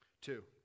Two